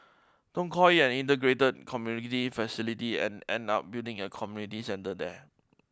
don't call it an integrated community facility and end up building a community centre there